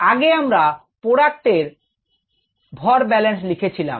আগে আমরা প্রোডাক্ট এর ভর ব্যাল্যান্স লিখেছিলাম